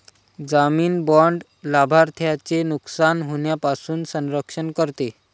जामीन बाँड लाभार्थ्याचे नुकसान होण्यापासून संरक्षण करते